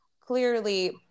clearly